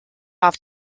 off